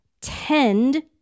tend